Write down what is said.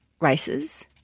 races